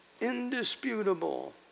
Indisputable